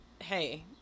hey